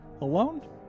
alone